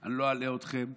שאני לא אלאה אתכם.